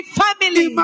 family